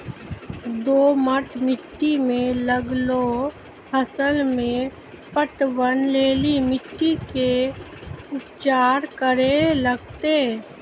दोमट मिट्टी मे लागलो फसल मे पटवन लेली मिट्टी के की उपचार करे लगते?